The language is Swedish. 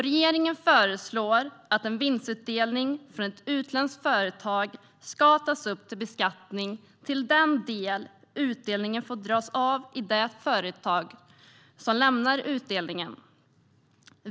Regeringen föreslår att en vinstutdelning från ett utländskt företag ska tas upp till beskattning till den del utdelningen får dras av i det företag som lämnar utdelningen.